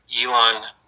Elon